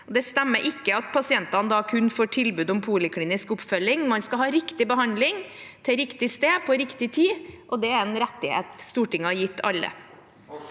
Det stemmer ikke at pasientene da kun får tilbud om poliklinisk oppfølging. Man skal ha riktig behandling, på riktig sted og til riktig tid. Det er en rettighet Stortinget har gitt alle.